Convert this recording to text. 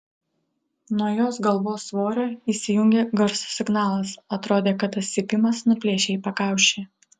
nuo jos galvos svorio įsijungė garso signalas atrodė kad tas cypimas nuplėš jai pakaušį